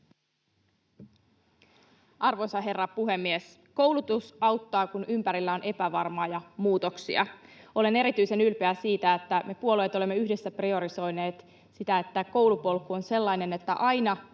Arvoisa herra puhemies! Koulutus auttaa, kun ympärillä on epävarmaa ja muutoksia. Olen erityisen ylpeä siitä, että me puolueet olemme yhdessä priorisoineet sitä, että koulupolku on sellainen, että aina